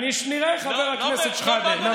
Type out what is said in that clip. נראה, חבר הכנסת שחאדה.